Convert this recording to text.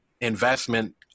investment